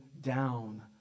down